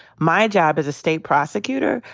my job as a state prosecutor?